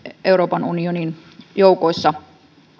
euroopan unionin joukoissa